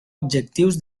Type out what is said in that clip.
objectius